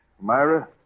Myra